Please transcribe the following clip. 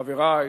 חברי,